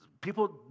people